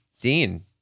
Dean